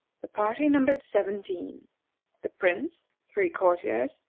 the party numbered seventeen the prince, three courtiers,